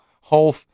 whole